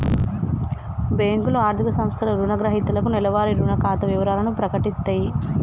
బ్యేంకులు, ఆర్థిక సంస్థలు రుణగ్రహీతలకు నెలవారీ రుణ ఖాతా వివరాలను ప్రకటిత్తయి